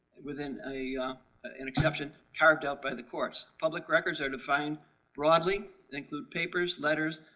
within a an exception carved out by the courts. public records are defined broadly. they include papers, letters,